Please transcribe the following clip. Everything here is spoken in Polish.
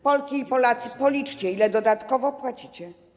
Polki i Polacy, policzcie, ile dodatkowo płacicie.